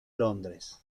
londres